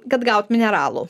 kad gaut mineralų